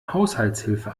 haushaltshilfe